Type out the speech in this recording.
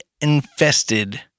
infested